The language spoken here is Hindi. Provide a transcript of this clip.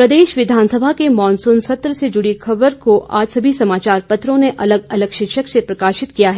प्रदेश विघानसभा के मानसून सत्र से जुड़ी खबर को आज सभी समाचार पत्रों ने अलग अलग शीर्षक से प्रकाशित किया है